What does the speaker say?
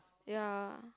ya